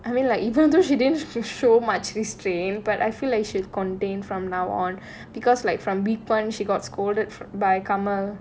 I mean like even though she didn't show much of extreme but I feel they should contain from now on because like from B point she got scolded by kamal